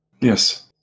Yes